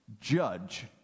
judge